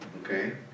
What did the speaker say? okay